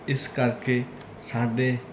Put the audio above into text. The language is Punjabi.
ਇਸ ਕਰਕੇ ਸਾਡੇ